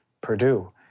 Purdue